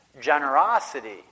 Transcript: Generosity